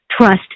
trust